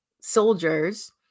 Soldiers